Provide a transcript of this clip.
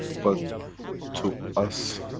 but to us,